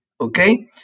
Okay